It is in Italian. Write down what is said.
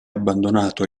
abbandonato